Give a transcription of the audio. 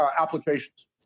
applications